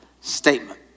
statement